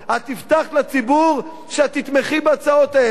את הבטחת לציבור שאת תתמכי בהצעות האלה,